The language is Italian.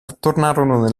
tornarono